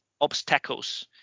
obstacles